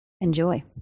Enjoy